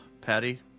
patty